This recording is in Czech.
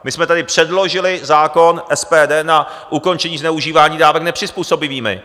My jsme tady předložili zákon SPD na ukončení zneužívání dávek nepřizpůsobivými.